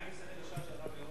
ומה עם השכל הישר של הרב ליאור?